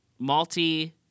malty